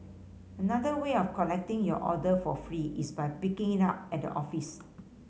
another way of collecting your order for free is by picking it up at the office